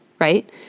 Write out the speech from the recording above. right